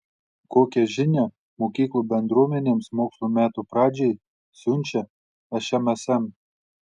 kokią žinią mokyklų bendruomenėms mokslo metų pradžiai siunčia šmsm